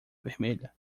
vermelha